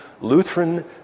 Lutheran